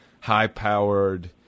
high-powered